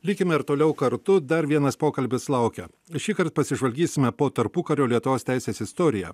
likime ir toliau kartu dar vienas pokalbis laukia šįkart pasižvalgysime po tarpukario lietuvos teisės istoriją